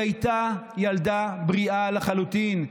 היא הייתה ילדה בריאה לחלוטין.